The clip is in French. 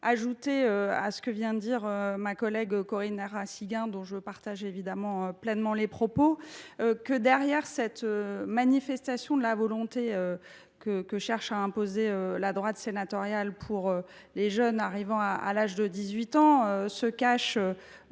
ajouter à ce que vient de dire Corinne Narassiguin, dont je partage pleinement les propos, que derrière cette « manifestation de volonté » que cherche à imposer la droite sénatoriale pour les jeunes arrivant à l’âge de 18 ans se cachent